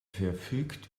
verfügt